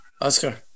Oscar